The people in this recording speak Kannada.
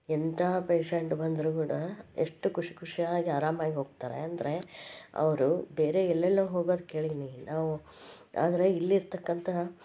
ಎಂತಹ ಪೇಷಂಟ್ ಬಂದರು ಕೂಡ ಎಷ್ಟಟು ಖುಷಿ ಖುಷಿಯಾಗಿ ಆರಾಮಾಗಿ ಹೋಗ್ತಾರೆ ಅಂದರೆ ಅವರು ಬೇರೆ ಎಲ್ಲೆಲ್ಲೋ ಹೋಗೋದು ಕೇಳಿದೀನಿ ನಾವು ಆದರೆ ಇಲ್ಲಿರ್ತಕ್ಕಂತಹ